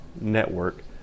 network